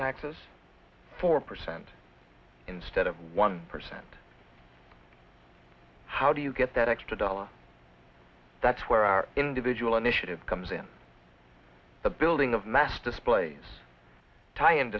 taxes four percent instead of one percent how do you get that extra dollar that's where our individual initiative comes in the building of mass displays ti